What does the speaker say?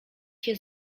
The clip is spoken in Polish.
się